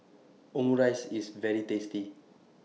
Omurice IS very tasty